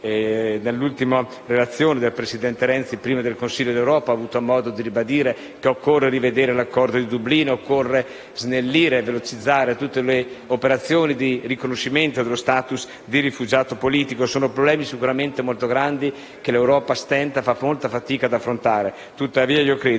dell'ultima relazione del presidente Renzi prima del Consiglio europeo ho avuto modo di ribadire che occorre rivedere l'Accordo di Dublino, occorre snellire e velocizzare le operazioni di riconoscimento dello *status* di rifugiato politico. Sono problemi sicuramente molto grandi che l'Europa fa molta fatica ad affrontare. Tuttavia io credo